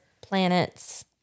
planets